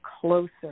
closer